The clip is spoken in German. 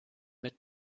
mit